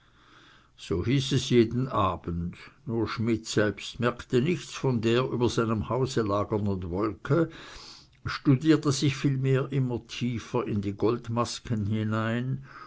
so hieß es jeden abend nur schmidt selbst merkte nichts von der über seinem hause lagernden wolke studierte sich vielmehr immer tiefer in die goldmasken hinein